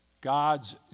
God's